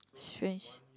strange